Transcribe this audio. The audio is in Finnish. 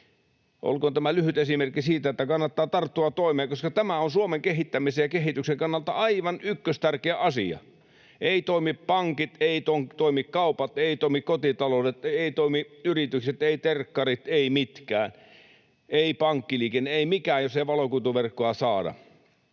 Olkoon tämä lyhyt esimerkki siitä, että kannattaa tarttua toimeen, koska tämä on Suomen kehittämisen ja kehityksen kannalta aivan ykköstärkeä asia. Eivät toimi pankit, eivät toimi kaupat, eivät toimi kotitaloudet, eivät toimi yritykset, eivät terkkarit, eivät mitkään, ei pankkiliikenne, ei mikään, jos ei valokuituverkkoa saada.